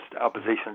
opposition